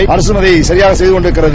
அதை அரசும் சரியாக செய்து கொண்டிருக்கிறது